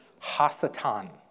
hasatan